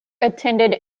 attended